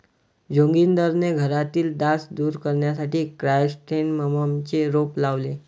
जोगिंदरने घरातील डास दूर करण्यासाठी क्रायसॅन्थेममचे रोप लावले